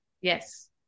Yes